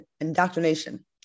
indoctrination